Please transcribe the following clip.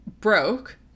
broke